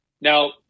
Now